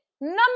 Number